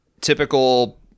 typical